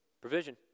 Provision